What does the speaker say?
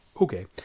Okay